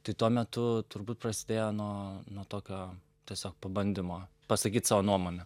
tai tuo metu turbūt prasidėjo nuo nuo tokio tiesiog pabandym pasakyt savo nuomonę